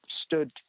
stood